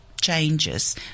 changes